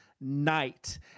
Night